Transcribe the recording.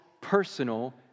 personal